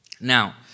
Now